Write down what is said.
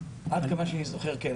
עד כמה שאני זוכר, כן.